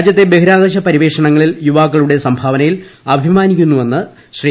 രാജ്യത്തെ ബഹിരാകാശ പര്യവേഷണങ്ങളിൽ യുവാക്കളുടെ സംഭാവനയിൽ അഭിമാനിക്കുന്നുവെന്ന് ശ്രീ